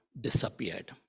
disappeared